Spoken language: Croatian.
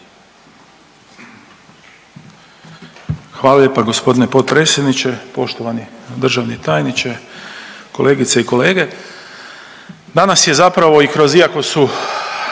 Hvala lijepa g. potpredsjedniče. Poštovani državni tajniče, kolegice i kolege. Danas je zapravo iako su